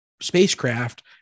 spacecraft